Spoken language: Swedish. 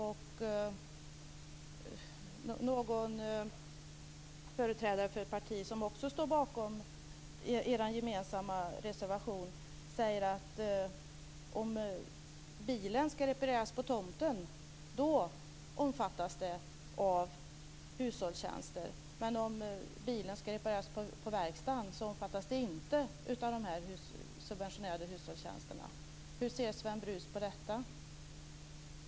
En företrädare för ett parti som också står bakom den gemensamma reservationen har sagt att om bilen ska repareras på tomten räknas det som subventionerad hushållstjänst, men om den ska repareras på verkstaden omfattas det inte av subventionerna. Hur ser Sven Brus på detta?